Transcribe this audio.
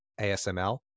ASML